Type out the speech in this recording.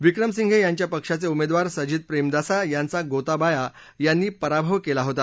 विक्रमसिंघे यांच्या पक्षाचे उमेदवार सजित प्रेमदासा यांचा गोताबाया यांनी पराभव केला होता